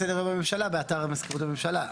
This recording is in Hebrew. סדר היום בממשלה באתר המזכירות הממשלה.